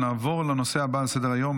נעבור לנושא הבא על סדר-היום,